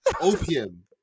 Opium